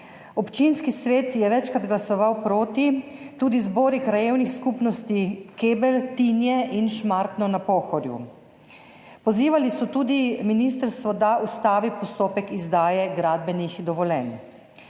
občinski svet je večkrat glasoval proti, tudi zbori krajevnih skupnosti Kebelj, Tinje in Šmartno na Pohorju. Pozivali so tudi ministrstvo, da ustavi postopek izdaje gradbenih dovoljenj.